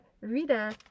rita